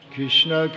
Krishna